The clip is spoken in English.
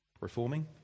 Reforming